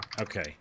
Okay